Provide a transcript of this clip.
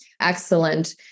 Excellent